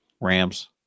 Rams